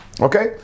Okay